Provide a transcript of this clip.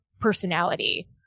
personality